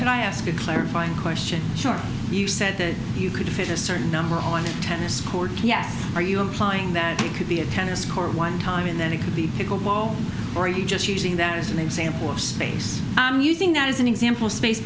can i ask you clarify a question you said that you could fit a certain number on a tennis court yes are you implying that it could be a tennis court one time in that it could be it or you just using that as an example or space i'm using that as an example space